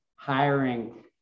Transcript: Hiring